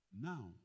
Now